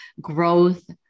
growth